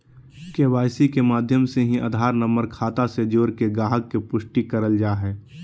KYC के माध्यम से ही आधार नम्बर खाता से जोड़के गाहक़ के पुष्टि करल जा हय